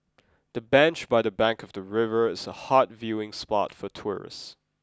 the bench by the bank of the river is a hot viewing spot for tourists